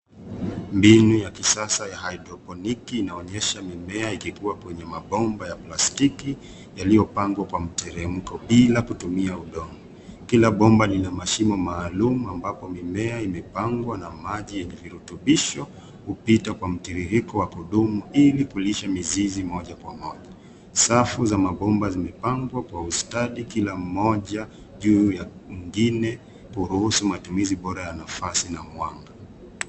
Mbinu ya kisasa ya haidroponiki inaonyesha mimea ikikua kwenye mabomba ya plastikii yaliyopangwa kwa mteremko bila kutumia udongo. Kila bomba lina mashimo maalumu ambapo mimea imepangwa na maji yenye virutubisho hupita kwa mtiririko wa kudumu ili kulisha mzizi moja kwa moja. Safu za mabomba zimepangwa kwa ustadi kila moja juu ya mwingine kuruhusu matumizi bora ya nafasi na mwanga.